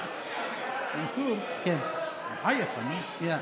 מנסור, בחייך, נו.